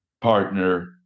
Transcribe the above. partner